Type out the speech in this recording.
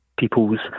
People's